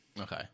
Okay